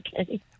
Okay